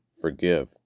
forgive